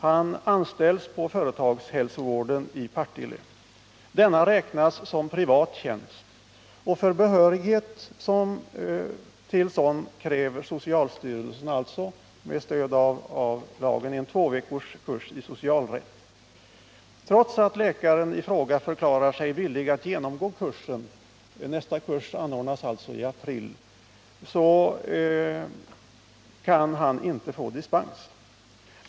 Han har anställts på företagshälsovården i Partille kommun. Läkartjänst inom företagshälsovården räknas som privat tjänst, och för behörighet till sådan kräver socialstyrelsen med stöd av lagen en två veckors kurs i socialrätt. Trots att läkaren i fråga förklarat sig villig att genomgå en sådan kurs — nästa kurs 73 anordnas i april — kan han inte få dispens.